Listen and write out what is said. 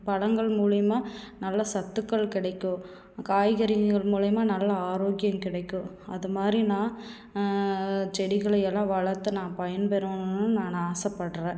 பழங்கள் மூலியமாக நல்ல சத்துக்கள் கிடைக்கும் காய்கறிகள் மூலியமாக நல்ல ஆரோக்கியம் கிடைக்கும் அதமாதிரி நான் செடிகளையெல்லாம் வளர்த்து நான் பயன்பெறணுன்னு நான் நான் ஆசைப்பட்றேன்